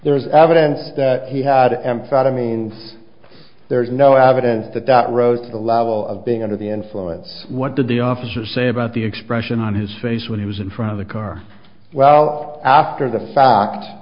there is evidence that he had amphetamines there is no evidence that that rose to the level of being under the influence what did the officer say about the expression on his face when he was in front of the car well after the fact